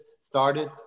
started